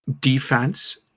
Defense